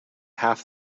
half